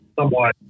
somewhat